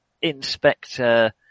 Inspector